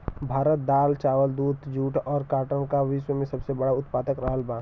भारत दाल चावल दूध जूट और काटन का विश्व में सबसे बड़ा उतपादक रहल बा